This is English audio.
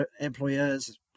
employers